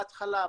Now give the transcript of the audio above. בהתחלה,